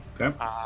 Okay